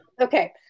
Okay